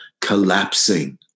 collapsing